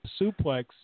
suplex